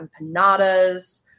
empanadas